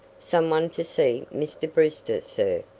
some one to see mr. brewster, sir,